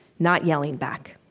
not yelling back